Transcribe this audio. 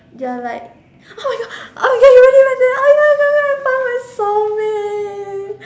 their like oh my god oh my god you really went there oh my god oh my god I found my soulmate